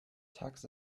tux